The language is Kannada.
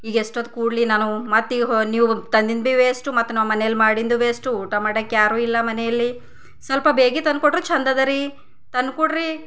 ಈಗ ಎಷ್ಟು ಹೊತ್ತು ಕೂಡಲಿ ನಾನು ಮತ್ತೆ ಈಗ ನೀವು ತಂದಿದ್ದು ಭೀ ವೇಸ್ಟು ಮತ್ತೆ ನಾವು ಮನೇಲಿ ಮಾಡಿಂದು ವೇಸ್ಟು ಊಟ ಮಾಡಕ್ಕೆ ಯಾರು ಇಲ್ಲ ಮನೆಯಲ್ಲಿ ಸ್ವಲ್ಪ ಬೇಗ ತಂದು ಕೊಟ್ರೆ ಚಂದದರಿ ತಂದ್ಕೊಡ್ರಿ